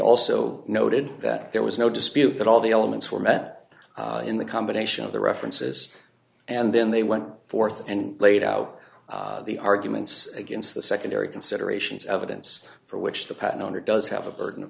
also noted that there was no dispute that all the elements were met in the combination of the references and then they went forth and laid out the arguments against the secondary considerations evidence for which the patent owner does have a burden of